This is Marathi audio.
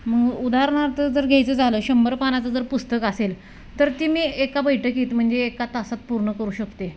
मग उदाहरणार्थ जर घ्यायचं झालं शंभर पानाचं जर पुस्तक असेल तर ते मी एका बैठकीत म्हणजे एका तासात पूर्ण करू शकते